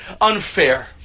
unfair